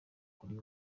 kuri